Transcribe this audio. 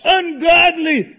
ungodly